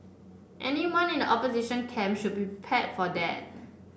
anyone in the opposition camp should be prepared for that